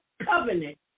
covenant